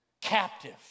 captive